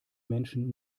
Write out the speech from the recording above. menschen